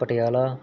Patiala